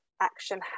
action